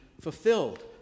fulfilled